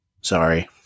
Sorry